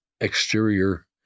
exterior